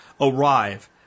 arrive